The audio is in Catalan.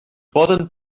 poden